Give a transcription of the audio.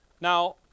Now